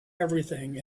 everything